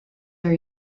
are